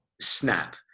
Snap